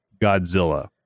Godzilla